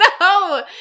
No